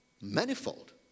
manifold